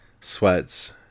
sweats